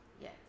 Yes